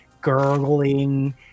gurgling